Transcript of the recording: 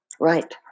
right